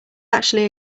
actually